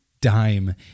dime